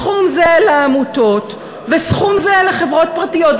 סכום זהה לעמותות וסכום זהה לחברות פרטיות,